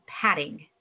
padding